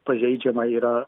pažeidžiama yra